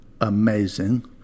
amazing